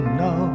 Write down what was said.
no